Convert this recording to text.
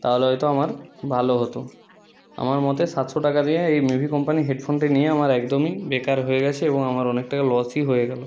তাহলে হয়তো আমার ভালো হতো আমার মতে সাতশো টাকা দিয়ে এই মিভি কোম্পানির হেডফোনটি নিয়ে আমার একদমই বেকার হয়ে গেছে এবং আমার অনেক টাকা লসই হয়ে গেলো